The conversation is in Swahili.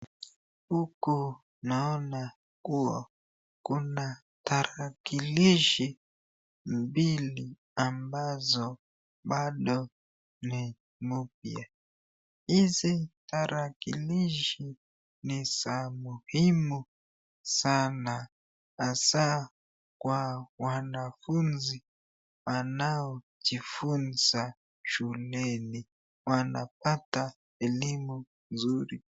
Huku naona kuwa kuna tarakilishi mbili ambazo bado ni mpya. Hizi tarakilishi ni za muhimu sana hasaa kwa wanafunzi wanaojifunza shuleni wanapata elimu nzuri.